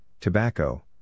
tobacco